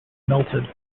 melted